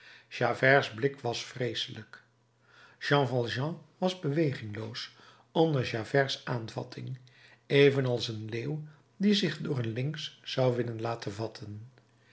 javerts blik was vreeselijk jean valjean was bewegingloos onder javerts aanvatting evenals een leeuw die zich door een lynx zou willen laten vatten